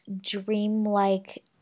dreamlike